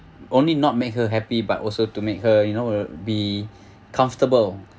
only not make her happy but also to make her you know be comfortable